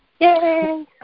Yay